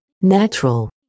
Natural